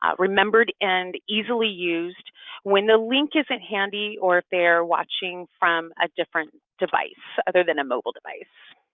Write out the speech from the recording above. ah remembered and easily used when the link isn't handy or if they're watching from a different device other than a mobile device.